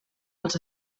als